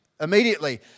immediately